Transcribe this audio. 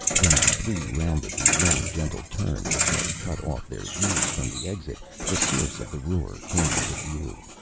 when the three rounded the long, gentle turn which had cut off their view from the exit, the source of the roar came into view.